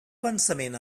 pensament